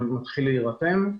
שמתחיל להירתם.